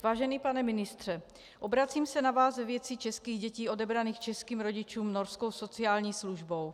Vážený pane ministře, obracím se na vás ve věci českých dětí odebraných českým rodičům norskou sociální službou.